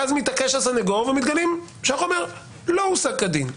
ואז מתעקש הסנגור ומתגלה שהחומר לא הושג כדין.